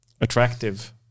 attractive